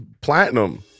platinum